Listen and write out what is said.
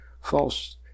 false